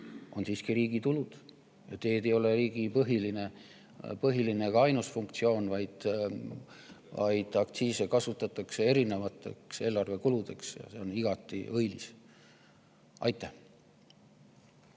on siiski riigi tulud. Teed ei ole riigi põhiline ega ainus funktsioon, vaid aktsiise kasutatakse ka erinevateks eelarvekuludeks, ja see on igati õilis.